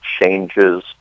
changes